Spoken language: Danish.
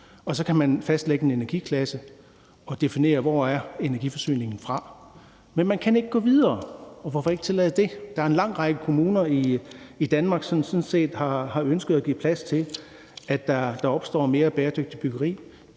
og så kan man fastlægge en energiklasse og definere, hvor energiforsyningen er fra. Men man kan ikke gå videre, og hvorfor ikke tillade det? Der er en lang række kommuner i Danmark, som sådan set har ønsket at give plads til, at der opstår mere bæredygtigt byggeri,